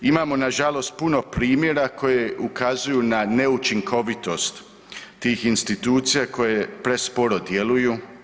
Imamo na žalost puno primjera koji ukazuju na neučinkovitost tih institucija koje presporo djeluju.